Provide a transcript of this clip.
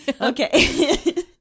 Okay